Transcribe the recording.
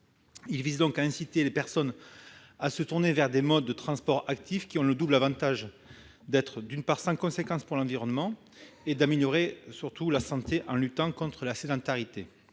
Il vise à inciter les personnes à se tourner vers des modes de transport actifs qui ont le double avantage d'être sans conséquence pour l'environnement et d'améliorer la santé en luttant contre la sédentarité,